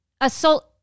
assault